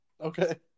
Okay